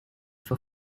for